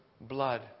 blood